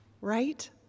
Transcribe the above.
Right